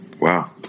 Wow